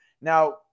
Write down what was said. Now